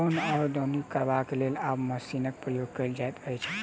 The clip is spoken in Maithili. दौन वा दौनी करबाक लेल आब मशीनक प्रयोग कयल जाइत अछि